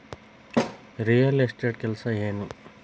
real estate ಕೆಲಸ ಏನು